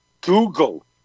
Google